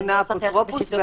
מונה אפוטרופסות.